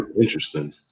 interesting